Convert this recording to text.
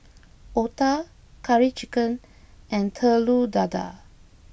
Otah Curry Chicken and Telur Dadah